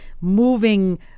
moving